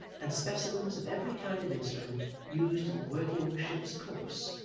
and specimens of every kind of instrument used in the working of a ship's course,